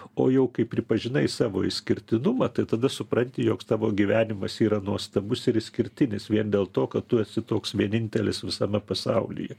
o jau kai pripažinai savo išskirtinumą tai tada supranti jog tavo gyvenimas yra nuostabus ir išskirtinis vien dėl to kad tu esi toks vienintelis visame pasaulyje